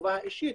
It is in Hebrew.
לחובה האישית,